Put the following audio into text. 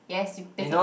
yes you they can